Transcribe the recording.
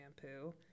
shampoo